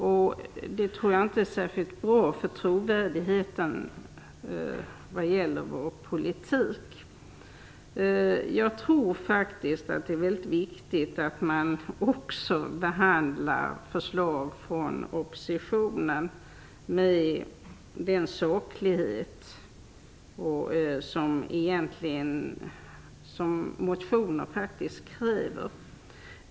Jag tror inte att det är särskilt bra för trovärdigheten vad gäller vår politik. Jag tror att det är väldigt viktigt att behandla också förslag från oppositionen med den saklighet som motioner kräver.